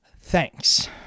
thanks